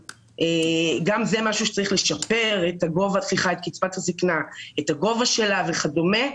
זה משהו שצריך לשפר את גובהה וכדומה,